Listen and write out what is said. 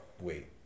wait